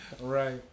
Right